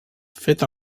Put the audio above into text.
fet